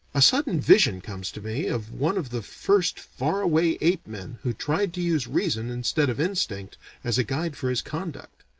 a sudden vision comes to me of one of the first far-away ape-men who tried to use reason instead of instinct as a guide for his conduct.